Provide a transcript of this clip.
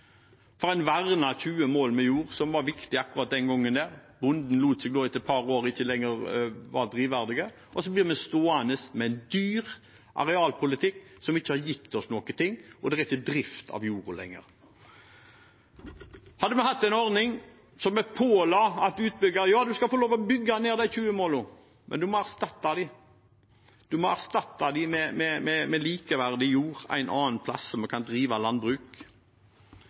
for man vernet 20 mål med jord som var viktig akkurat den gangen. Etter et par år er det ikke lenger drivverdig for bonden, og så blir vi stående med en dyr arealpolitikk som ikke har gitt oss noen ting, og det er ikke drift av jorden lenger. Vi skulle hatt en ordning der vi påla og sa til utbygger: Du skal få lov å bygge ned de 20 målene, men du må erstatte dem – du må erstatte dem med likeverdig jord en annen plass, så vi kan drive landbruk.